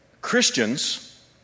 Christians